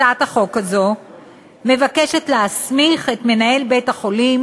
הצעת החוק הזאת מבקשת להסמיך את מנהל בית-החולים